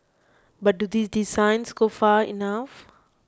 but do these designs go far enough